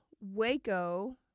Waco